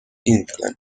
inclán